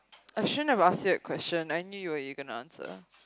I shouldn't have asked you that question I knew you what you're going to answer